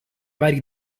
vari